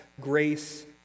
grace